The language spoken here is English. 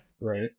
Right